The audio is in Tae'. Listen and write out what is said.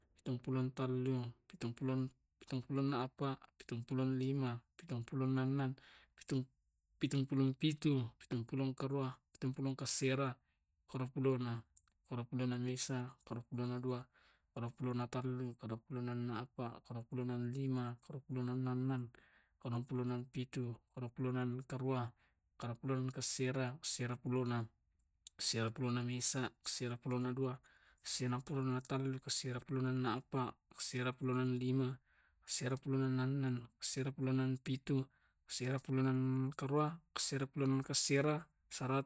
Mesa dua tallu, appa, lima, annang, pitu, karua, asera, sampulo, sampulo mesa, sampulo rua, sampulo tallu, sampulo appa, sampulo lima, sampulo annang, sampulo pitu, sampulo karua, sampulo asera, duampulo, duampulo mesa, duampulo dua, duampulo tallu, duampulo appa, duampulo lima, duampulo annang, duampulo pitu, duampulo karua, duampulo asera, tallumpulo, tallumpulo seddi, tallumpulo dua, tallumpulo tallu, tallimpulo appa, tallumpulo lima, tallumpulo annang, tallumpulo pitu, tallumpulo karua, tallumpulo asera, patampulo, patampulo mesa, patampulo dua, patampula tallu, patampulo appa, patampulo lima, patampulo aannang, patampulo karua, patampulo asera, limampulo, limampulo mesa, limampulo dua, limampulo tallu, limampula appa, limampulo lima, limampula annang, limampulo pitu, limampulo karua, limampulo asera, ennangpulo, ennangpulo mesa, ennangpulo dua, ennangpulo tallu, enangpulo appa.